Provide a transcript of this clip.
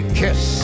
kiss